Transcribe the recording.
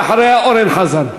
ואחריה אורן חזן.